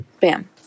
bam